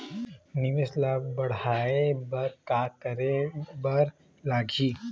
निवेश ला बड़हाए बर का करे बर लगही?